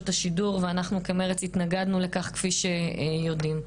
השידור ואנחנו כמרצ התנגדנו לכך כפי שיודעים.